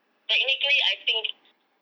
technically I think